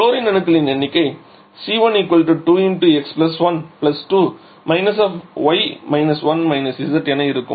chlorine அணுக்களின் எண்ணிக்கை Cl 2 x 1 2 z என இருக்கும்